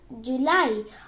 July